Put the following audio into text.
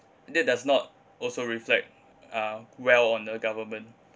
that does not also reflect uh well on the government